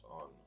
on